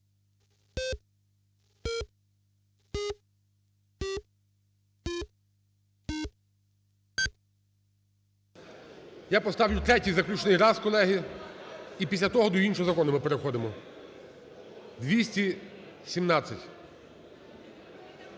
Я поставлю третій заключний раз, колеги, і після того до іншого закону ми переходимо, 217.